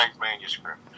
Manuscript